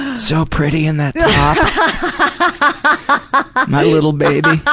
ah so pretty in that but top. my little baby.